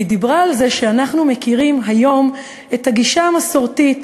היא דיברה על זה שאנחנו מכירים היום את הגישה המסורתית,